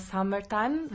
Summertime